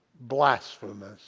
blasphemous